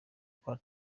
kwa